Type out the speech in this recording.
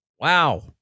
Wow